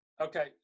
Okay